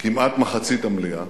כמעט מחצית המליאה,